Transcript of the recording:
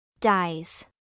Dies